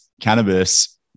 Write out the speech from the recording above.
cannabis